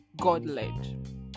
god-led